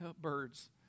birds